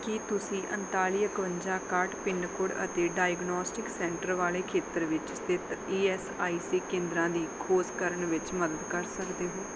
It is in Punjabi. ਕੀ ਤੁਸੀਂ ਉਨਤਾਲੀ ਇਕਵੰਜਾ ਇਕਾਹਠ ਪਿੰਨ ਕੋਡ ਅਤੇ ਡਾਇਗਨੌਸਟਿਕਸ ਸੈਂਟਰ ਵਾਲੇ ਖੇਤਰ ਵਿੱਚ ਸਥਿਤ ਈ ਐੱਸ ਆਈ ਸੀ ਕੇਂਦਰਾਂ ਦੀ ਖੋਜ ਕਰਨ ਵਿੱਚ ਮਦਦ ਕਰ ਸਕਦੇ ਹੋ